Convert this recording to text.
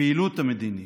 הפעילות המדינית,